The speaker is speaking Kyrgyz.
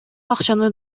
акчаны